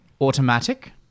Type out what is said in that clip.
automatic